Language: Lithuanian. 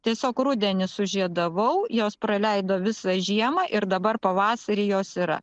tiesiog rudenį sužiedavau jos praleido visą žiemą ir dabar pavasarį jos yra